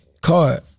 Card